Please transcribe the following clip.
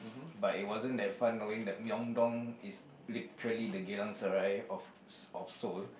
but it wasn't that fun knowing that Myeongdong is literally the Geylang-Serai of Se~ of Seoul